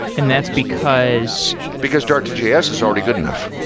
and that's because because dart to js is already good enough.